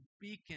beacon